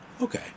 Okay